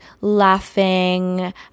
laughing